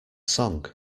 song